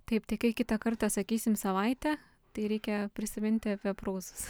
taip tai kai kitą kartą sakysim savaitė tai reikia prisiminti apie prūsus